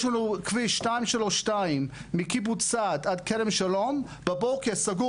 יש לנו כביש 232 מקיבוץ סעד עד כרם שלום בבוקר סגור